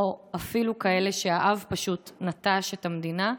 או אפילו כאלה שהאב פשוט נטש את המדינה.